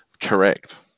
Correct